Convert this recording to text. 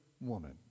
woman